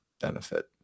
benefit